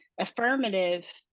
affirmative